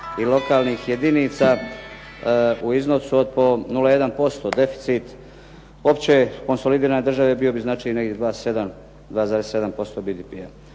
i lokalnih jedinica u iznosu od po 0,1% deficit opće konsolidirane države bio bi znači negdje 2,7% BDP-a.